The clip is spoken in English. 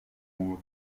more